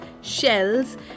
shells